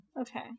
Okay